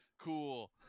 cool